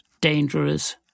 dangerous